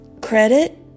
credit